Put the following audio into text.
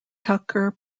tucker